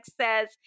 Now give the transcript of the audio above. says